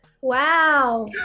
Wow